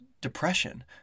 depression